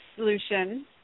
Solution